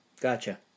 Gotcha